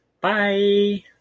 bye